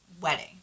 wedding